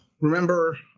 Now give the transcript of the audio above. remember